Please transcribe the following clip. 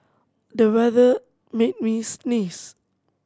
the weather made me sneeze